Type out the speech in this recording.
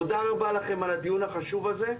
תודה רבה לכם על הדיון החשוב הזה,